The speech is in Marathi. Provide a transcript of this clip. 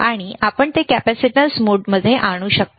आणि आपण ते कॅपेसिटन्स मोडमध्ये आणू शकता